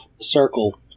circle